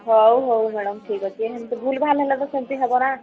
ହଉ ହଉ ମ୍ୟାଡ଼ମ୍ ଠିକ୍ ଅଛି ଏମିତି ଭୁଲ୍ଭାଲ୍ ହେଲେ ତ ସେମିତି ହବ ନା